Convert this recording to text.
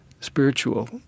spiritual